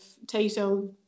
potato